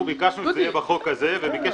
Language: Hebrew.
אנחנו ביקשנו שזה יהיה בחוק הזה וביקש